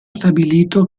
stabilito